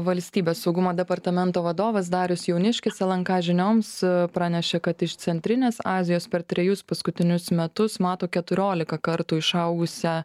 valstybės saugumo departamento vadovas darius jauniškis lnk žinioms pranešė kad iš centrinės azijos per trejus paskutinius metus mato keturiolika kartų išaugusią